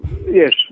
yes